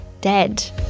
dead